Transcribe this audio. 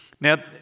now